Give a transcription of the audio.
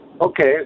Okay